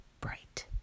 bright